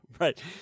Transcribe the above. right